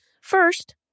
First